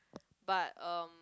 but um